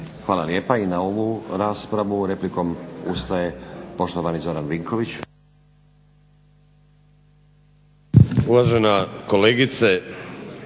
Hvala lijepa. I na ovu raspravu replikom ustaje poštovani Zoran Vinković.